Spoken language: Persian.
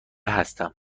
هستم